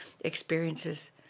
experiences